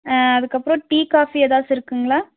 அதுக்கப்புறம் tea coffee ஏதாச்சும் இருக்குதுங்களா